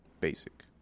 Basic